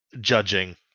judging